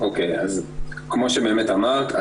כמו שבאמת אמרת,